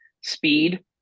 speed